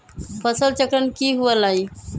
फसल चक्रण की हुआ लाई?